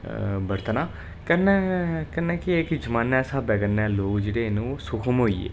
बरतना कन्नै कन्नै केह् की जमाने दे स्हाबै पर लोक जेह्ड़े न ओह् सुखम होई गेदे